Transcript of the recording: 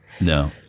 No